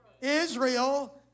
Israel